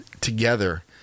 together